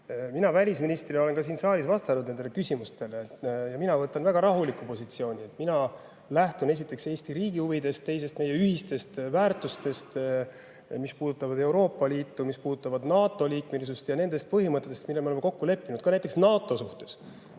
Mina välisministrina olen ka siin saalis vastanud nendele küsimustele. Ja mina võtan väga rahuliku positsiooni. Mina lähtun esiteks Eesti riigi huvidest ja teiseks meie ühistest väärtustest, mis puudutavad Euroopa Liitu, mis puudutavad NATO-liikmesust, ja nendest põhimõtetest, mille me oleme kokku leppinud. Ka näiteks NATO suhtes.